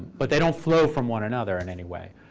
but they don't flow from one another in any way.